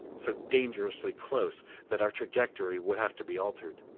so dangerously close that our trajectory would have to be altered.